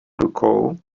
rukou